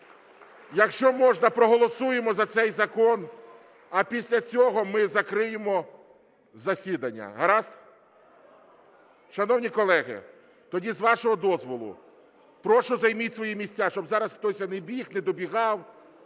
якщо можна, проголосуємо за цей закон, а після цього ми закриємо засідання. Гаразд? Шановні колеги, тоді, з вашого дозволу, прошу займіть свої місця, щоб зараз хтось не біг, не добігав